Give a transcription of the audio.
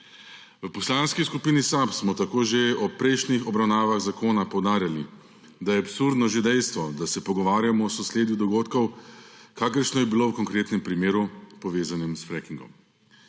V Poslanski skupini SAB smo tako že ob prejšnjih obravnavah zakona poudarjali, da je absurdno že dejstvo, da se pogovarjamo o sosledju dogodkov, kakršno je bilo v konkretnem primeru, povezanim s frackingom.